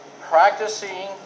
practicing